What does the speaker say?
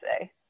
say